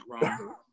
wrong